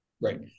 Right